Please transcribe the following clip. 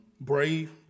Brave